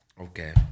Okay